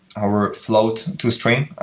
our float to a string,